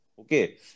Okay